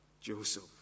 Joseph